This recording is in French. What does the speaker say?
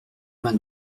vingt